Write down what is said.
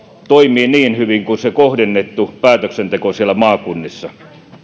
toimii niin hyvin kuin se kohdennettu päätöksenteko siellä maakunnissa